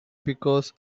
because